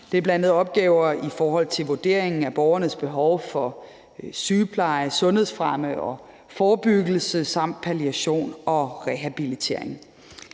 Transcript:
Det er bl.a. opgaver i forhold til vurderingen af borgernes behov for sygepleje, sundhedsfremme og forebyggelse samt palliation og rehabilitering.